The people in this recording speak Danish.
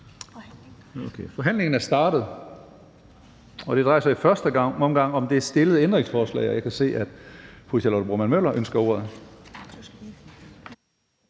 Forhandlingen er åbnet. Det drejer sig i første omgang om det stillede ændringsforslag. Jeg kan se, at fru Charlotte Broman Møller ønsker ordet.